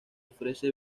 ofrece